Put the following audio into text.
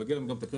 מגיע להם הקרדיט.